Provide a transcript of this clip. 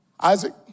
Isaac